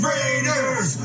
Raiders